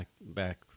back